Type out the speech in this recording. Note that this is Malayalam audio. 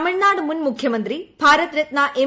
തമിഴ്നാട് മുൻ മുഖ്യമന്ത്രി ഭാരത് രത്ന എം